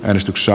äänestyksessä